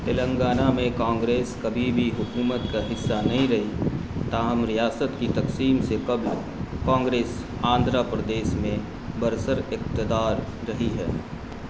تلنگانہ میں کانگریس کبھی بھی حکومت کا حصہ نہیں رہی تاہم ریاست کی تقسیم سے قبل کانگریس آندھرا پردیش میں برسراقتدار رہی ہے